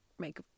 make